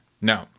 No